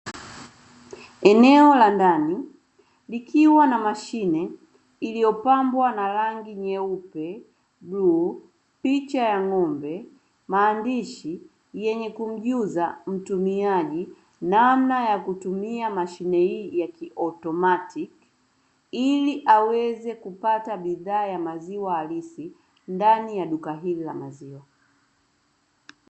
Eneo la ndani likiwa na mashine iliopambwa kwa rangi nyeupe na bluu; picha ya ng'ombe maandishi yenye kumjuza mtumiaji namna ya kutumia mashine hii ya kiautomatiki ili aweze kupata bidhaa za maziwa halisi ndani ya duka hili la maziwa.